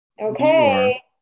Okay